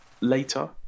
Later